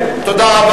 תודה.